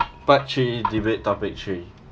part three debate topic three